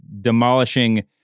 demolishing